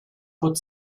put